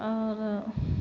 आओरो